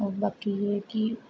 ओह् बाकी ऐ है कि